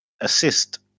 assist